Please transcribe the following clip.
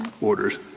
orders